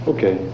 Okay